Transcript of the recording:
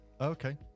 okay